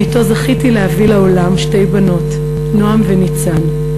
ואתו זכיתי להביא לעולם שתי בנות, נועם וניצן.